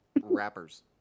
rappers